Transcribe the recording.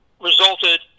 resulted